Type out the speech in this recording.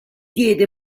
diede